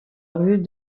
rue